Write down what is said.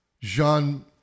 Jean